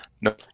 No